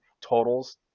totals